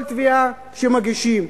כל תביעה שמגישים,